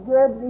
Good